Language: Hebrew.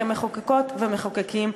כמחוקקות ומחוקקים,